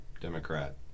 democrat